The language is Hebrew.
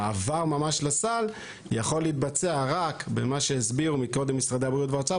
המעבר ממש לסל יכול להתבצע רק במה שהסבירו מקודם משרדי הבריאות והאוצר,